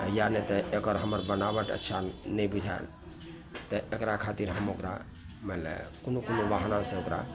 या नहि तऽ एकर हमर बनावट अच्छा नहि बुझाएल तऽ एकरा खातिर हम ओकरा माने कोनो कोनो बहानासँ ओकरा